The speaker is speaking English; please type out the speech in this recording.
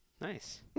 Nice